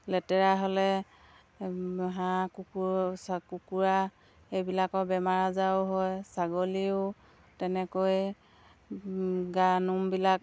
লেতেৰা হ'লে হাঁহ কুকুৰ কুকুৰা এইবিলাকৰ বেমাৰ আজাৰো হয় ছাগলীও তেনেকৈ গাৰ নোমবিলাক